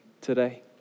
today